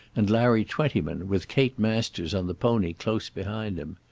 and larry twentyman, with kate masters on the pony close behind him.